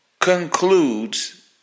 concludes